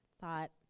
thought